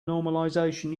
normalization